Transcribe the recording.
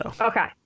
Okay